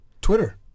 Twitter